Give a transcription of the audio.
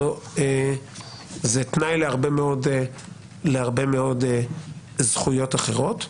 זה תנאי להרבה מאוד זכויות אחרות.